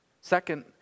Second